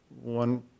one